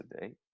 today